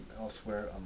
elsewhere